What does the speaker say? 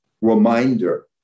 reminder